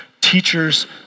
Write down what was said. teachers